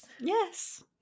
Yes